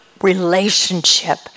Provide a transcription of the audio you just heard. relationship